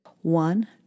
One